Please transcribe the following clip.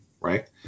right